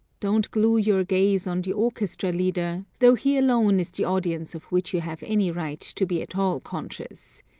don't glue your gaze on the orchestra leader, though he alone is the audience of which you have any right to be at all conscious.